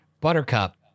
Buttercup